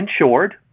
insured